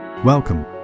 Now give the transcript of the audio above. Welcome